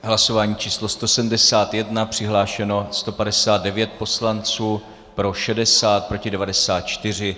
Hlasování číslo 171, přihlášeno 159 poslanců, pro 60, proti 94.